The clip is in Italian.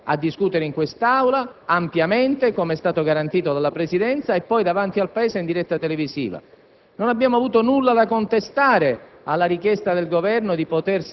sia proveniente dall'opposizione. Noi abbiamo tutto l'interesse a discutere in quest'Aula ampiamente, come è stato garantito dalla Presidenza, e poi davanti al Paese in diretta televisiva.